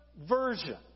version